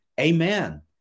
Amen